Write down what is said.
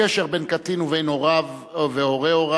(קשר בין קטין ובין הורי הוריו),